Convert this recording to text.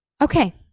Okay